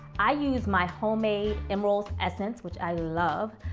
i use my homemade emeril's essence, which i love.